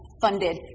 funded